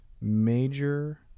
major